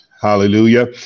Hallelujah